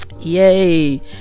yay